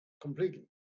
completely